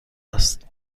است